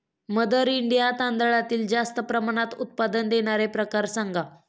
mother India तांदळातील जास्त प्रमाणात उत्पादन देणारे प्रकार सांगा